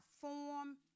form